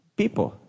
people